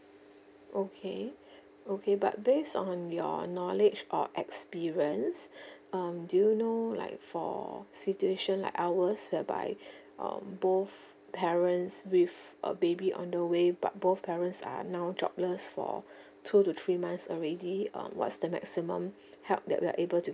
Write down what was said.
okay okay but based on your knowledge or experience um do you know like for situation like ours whereby um both parents with a baby on the way but both parents are now jobless for two to three months already um what's the maximum help that we are able to